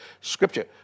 Scripture